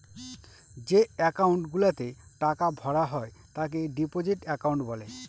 যে একাউন্ট গুলাতে টাকা ভরা হয় তাকে ডিপোজিট একাউন্ট বলে